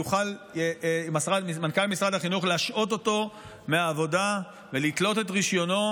יוכל מנכ"ל משרד החינוך להשעות אותו מהעבודה ולהתלות את רישיונו,